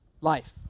life